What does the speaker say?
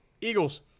Eagles